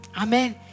Amen